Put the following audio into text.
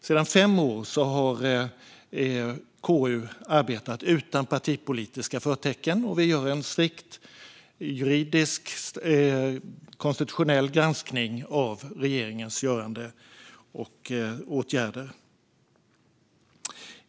Sedan fem år arbetar KU utan partipolitiska förtecken och gör en strikt juridisk, konstitutionell granskning av regeringens göranden och åtgärder.